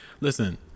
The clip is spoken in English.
Listen